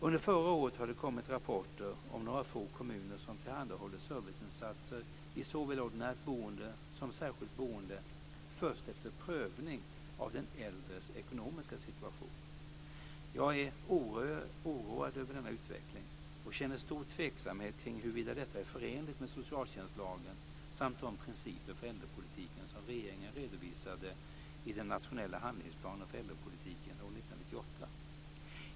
Under förra året har det kommit rapporter om några få kommuner som tillhandahåller serviceinsatser i såväl ordinärt boende som särskilt boende först efter prövning av den äldres ekonomiska situation. Jag är oroad över denna utveckling och känner stor tveksamhet kring huruvida detta är förenligt med socialtjänstlagen samt de principer för äldrepolitiken som regeringen redovisade i den nationella handlingsplanen för äldrepolitiken år 1998.